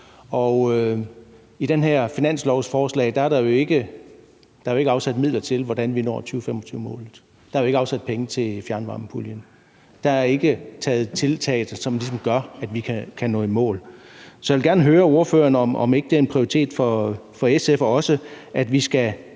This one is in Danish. I det her finanslovsforslag er der jo ikke afsat midler til, at vi når 2025-målet. Der er ikke afsat penge til fjernvarmepuljen. Der er ikke taget tiltag, der ligesom gør, at vi kan nå i mål. Så jeg vil gerne høre ordføreren, om ikke det også er en prioritet for SF, at vi skal